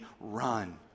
run